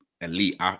elite